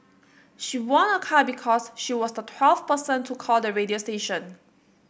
she won a car because she was the twelfth person to call the radio station